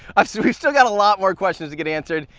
still got a lot more questions to get answered,